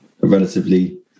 relatively